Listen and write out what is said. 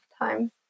time